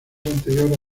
anterior